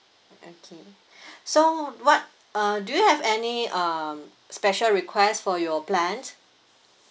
okay so what uh do you have any um special request for your plan